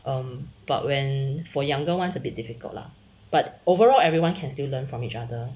um but when for younger [ones] a bit difficult lah but overall everyone can still learn from each other